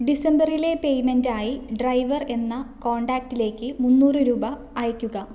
ഡിസംബറിലെ പേയ്മെൻറ്റായി ഡ്രൈവർ എന്ന കോണ്ടാക്ടിലേക്ക് മുന്നൂറ് രൂപ അയയ്ക്കുക